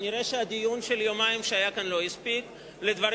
כנראה הדיון של יומיים שהיה כאן לא הספיק לדברים